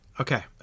Okay